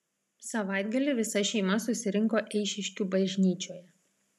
savaitgalį visa šeima susirinko eišiškių bažnyčioje